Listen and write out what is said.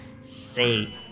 say